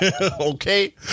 okay